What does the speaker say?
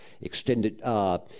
extended